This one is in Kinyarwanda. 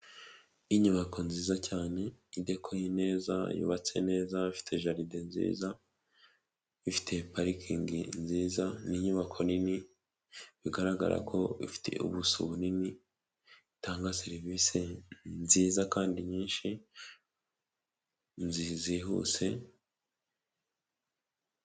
Inyubako nziza cyane idekoye neza yubatse neza ifite jaride nziza ifite parikingi nziza n'inyubako nini bigaragara ko ifite ubuso bunini itanga serivisi nziza kandi nyinshi zihuse.